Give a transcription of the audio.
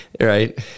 right